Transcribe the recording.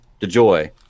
DeJoy